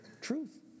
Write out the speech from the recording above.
truth